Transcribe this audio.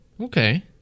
Okay